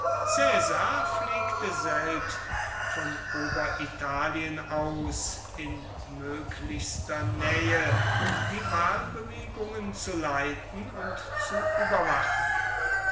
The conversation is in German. pflegte selbst von oberitalien aus in möglichster nähe die wahlbewegungen zu leiten und zu überwachen